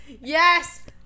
Yes